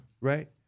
right